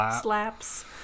Slaps